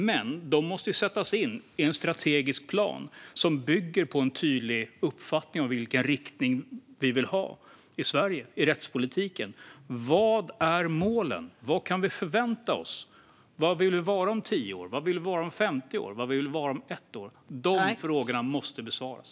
Men de måste ju sättas in i en strategisk plan som bygger på en tydlig uppfattning om vilken riktning vi vill ha i rättspolitiken i Sverige. Vad är målen? Vad kan vi förvänta oss? Var vill vi vara om tio år? Var vill vi vara om femtio år? Var vill vi vara om ett år? De frågorna måste besvaras.